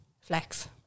flex